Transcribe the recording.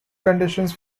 conditions